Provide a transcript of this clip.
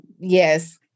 yes